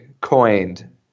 coined